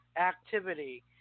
activity